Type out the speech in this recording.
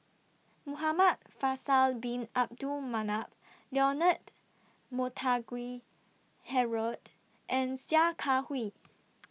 Muhamad Faisal Bin Abdul Manap Leonard Montague Harrod and Sia Kah Hui